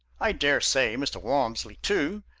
i dare say mr. walmsley, too,